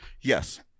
yes